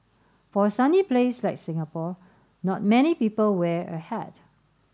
for a sunny place like Singapore not many people wear a hat